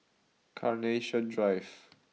Carnation Drive